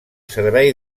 servei